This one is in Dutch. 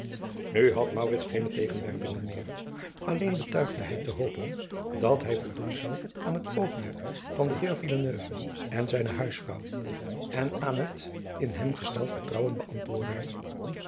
nu had maurits geene tegenwerping meer alleen betuigde hij te hopen dat hij voldoen zou aan het oogmerk van den heer villeneuve en zijne huisvrouw en aan het in hem gesteld vertrouwen beantwoorden